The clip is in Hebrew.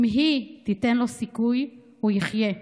אם היא תיתן לו סיכוי, הוא יחיה.